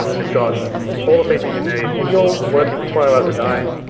it's got all the features you need. if you're working the twelve hours a day,